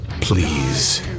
Please